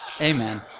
Amen